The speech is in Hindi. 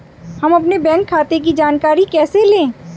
हम अपने बैंक खाते की जानकारी कैसे लें?